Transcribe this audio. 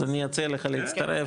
אני אציע לך להצטרף,